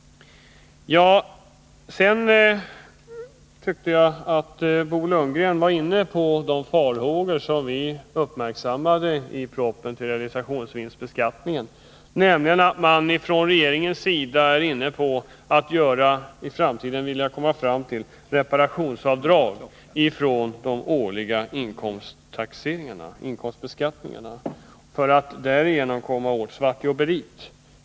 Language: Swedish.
Jag tycker att Bo Lundgren var inne på de farhågor som vi hyser efter att ha uppmärksammat innehållet i propositionen om realisationsvinstbeskattningen, nämligen att man från regeringens sida vill att det i framtiden skall bli möjligt att göra reparationsavdrag i de årliga inkomstbeskattningarna för att därigenom komma åt svartjobberiet.